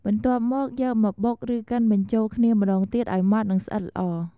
បន្ទាប់មកយកមកបុក ឬកិនបញ្ចូលគ្នាម្ដងទៀតឱ្យម៉ត់ និងស្អិតល្អ។